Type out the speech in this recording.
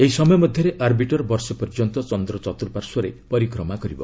ଏହି ସମୟ ମଧ୍ୟରେ ଅର୍ବିଟର ବର୍ଷେ ପର୍ଯ୍ୟନ୍ତ ଚନ୍ଦ୍ର ଚତ୍ରୁଃପାର୍ଶ୍ୱରେ ପରିକ୍ରମା କରିବ